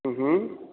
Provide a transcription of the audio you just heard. हुँ हुँ